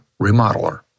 Remodeler